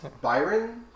Byron